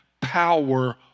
power